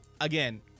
again